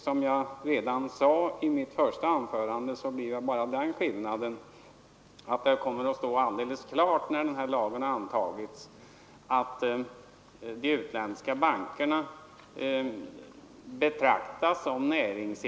Som jag sade i mitt förra anförande, blir skillnaden bara den att det kommer att stå alldeles klart, när lagen antagits, att de utländska bankerna betraktas som näringsidkare.